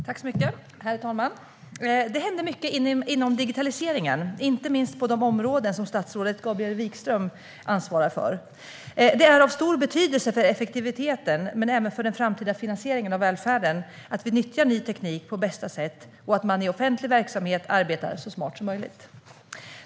Herr talman! Det händer mycket inom digitaliseringen, inte minst på de områden som statsrådet Gabriel Wikström ansvarar för. Det är av stor betydelse för effektiviteten - och även för den framtida finansieringen av välfärden - att vi nyttjar ny teknik på bästa sätt och att man i offentlig verksamhet arbetar så smart som möjligt.